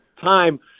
time